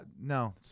no